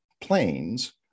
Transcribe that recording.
planes